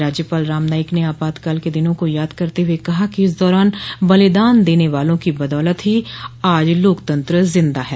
राज्यपाल राम नाईक ने आपातकाल के दिनों को याद करते हुए कहा कि उस दौरान बलिदान देने वालों की बदौलत ही आज लोकतंत्र जिंदा है